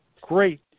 Great